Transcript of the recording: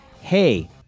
hey